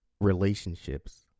relationships